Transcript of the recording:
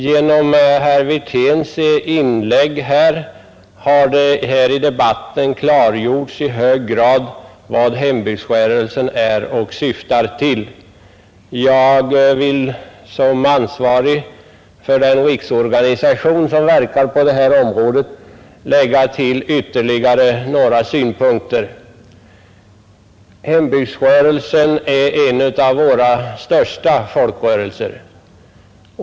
Genom herr Wirténs inlägg i debatten har det i hög grad klargjorts vad hembygdsrörelsen är och syftar till. Jag vill såsom ansvarig för den riksorganisation som verkar på detta område lägga till ytterligare nägra synpunkter. Hembygdsrörelsen är en av våra största folkrörelser.